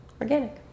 organic